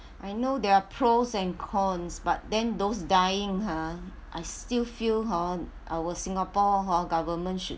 I know there are pros and cons but then those dying ha I still feel hor our singapore hor government should